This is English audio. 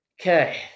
Okay